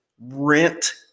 rent